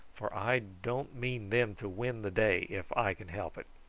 for i don't mean them to win the day if i can help it.